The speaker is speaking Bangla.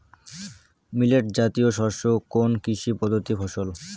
মিলেট জাতীয় শস্য কোন কৃষি পদ্ধতির ফসল?